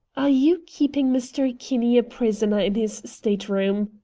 are you keeping mr. kinney a prisoner in his state-room?